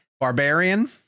Barbarian